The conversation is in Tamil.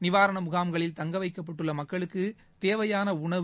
நிவாரண முகாம்களில் தங்க வைக்கப்பட்டுள்ள மக்களுக்குத் தேவையான உணவு